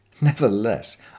Nevertheless